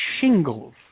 shingles